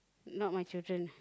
not my children